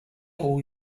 all